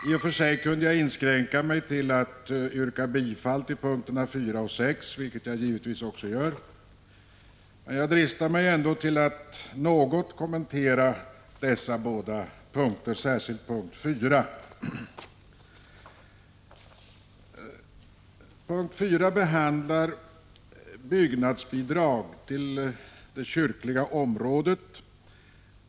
I och för sig kunde jag inskränka mig till att yrka bifall till punkterna 4 och 6, vilket jag givetvis också gör, men dristar mig till att något kommentera dessa båda punkter, särskilt punkt 4. I punkt 4 behandlas byggnadsbidrag på det kyrkliga området.